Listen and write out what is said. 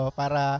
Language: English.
para